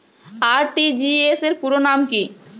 RTGS র পুরো নাম কি?